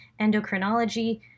endocrinology